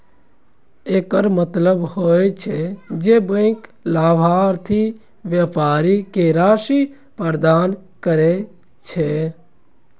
एकर मतलब होइ छै, जे बैंक लाभार्थी व्यापारी कें राशि प्रदान करै छै